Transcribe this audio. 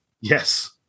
Yes